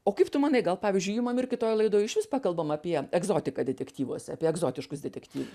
o kaip tu manai gal pavyzdžiui imam ir kitoj laidoj išvis pakalbam apie egzotiką detektyvuose apie egzotiškus detektyv